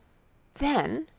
then,